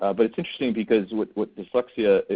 ah but it's interesting because with with dyslexia.